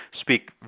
speak